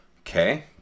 Okay